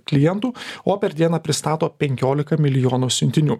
klientų o per dieną pristato penkioliką milijonų siuntinių